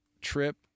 trip